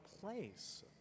place